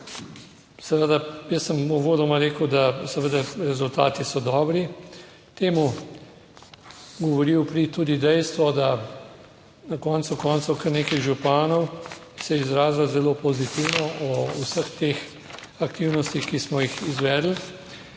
jaz sem uvodoma rekel, da seveda rezultati so dobri, temu govori v prid tudi dejstvo, da na koncu koncev kar nekaj županov se je izrazilo zelo pozitivno o vseh teh aktivnostih, ki smo jih izvedli.